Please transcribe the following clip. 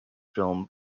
film